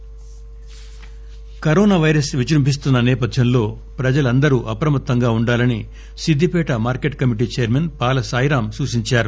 కరోనాసిద్దిపేట corona virus విజృంభిస్తున్న నేపథ్యంలో ప్రజలు అందరూ అప్రమత్తంగా ఉండాలని Siddipet market committee chairman Pala Sairam సూచిందారు